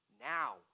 now